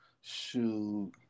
shoot